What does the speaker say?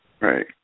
Right